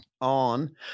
on